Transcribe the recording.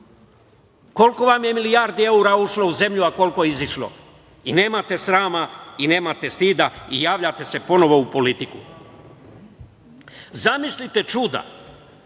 Koliko vam je milijardi evra ušlo u zemlju, a koliko izišlo i nemate srama i nemate stida i javljate se ponovo u politiku? Zamislite čuda